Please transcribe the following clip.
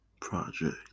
Project